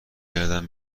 گردم